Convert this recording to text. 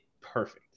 perfect